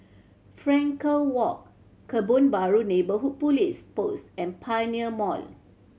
Frankel Walk Kebun Baru Neighbourhood Police Post and Pioneer Mall